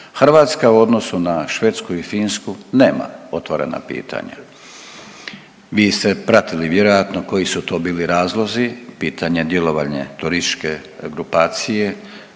Hrvatska u odnosu na Švedsku i Finsku nema otvorena pitanja. Vi ste pratili vjerojatno koji su to bili razlozi, pitanje i djelovanje turističke grupacije